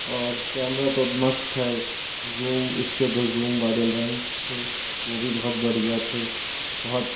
और कैमरा तो मस्त है ज़ूम इसके जो ज़ूम वाले लेंस थे वो भी बहुत बढ़िया थे बहुत